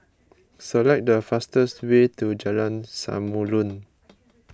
select the fastest way to Jalan Samulun